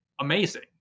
amazing